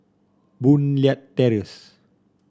Boon Leat Terrace